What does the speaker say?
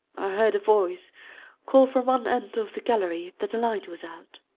i heard a voice call from one end of the gallery that the light was out.